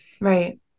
Right